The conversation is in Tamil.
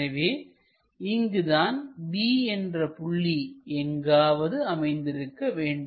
எனவே இங்கு தான் B என்ற புள்ளி எங்காவது அமைந்திருக்க வேண்டும்